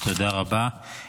תודה רבה.